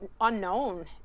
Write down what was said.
unknown